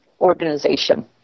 organization